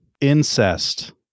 incest